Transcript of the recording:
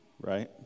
right